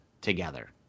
together